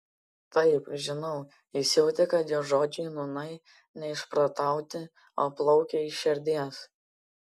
taip žinau jis jautė kad jo žodžiai nūnai ne išprotauti o plaukia iš širdies